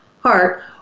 heart